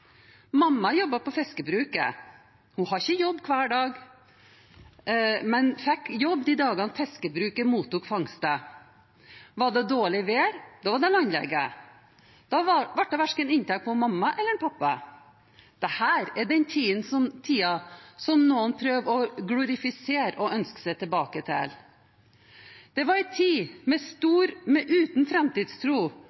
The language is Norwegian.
Mamma jobbet på fiskebruket. Hun hadde ikke jobb hver dag, men fikk jobb de dagene fiskebruket mottok fangster. Var det dårlig vær, var det landligge. Da ble det ikke inntekt på verken mamma eller pappa. Dette er den tiden som noen prøver å glorifisere og ønsker seg tilbake til. Det var en tid